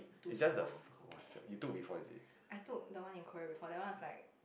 it's just the f~ !wah! siao you took before is it